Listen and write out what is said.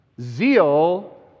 zeal